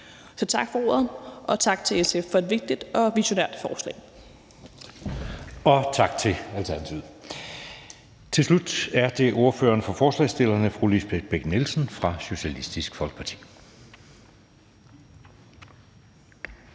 Tak for ordet, og tak til SF for et vigtigt og visionært forslag. Kl. 19:30 Anden næstformand (Jeppe Søe): Tak til Alternativet. Til slut er det ordføreren for forslagsstillerne, fru Lisbeth Bech-Nielsen fra Socialistisk Folkeparti.